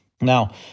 Now